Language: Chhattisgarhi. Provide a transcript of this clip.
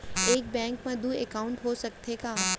एक बैंक में दू एकाउंट हो सकत हे?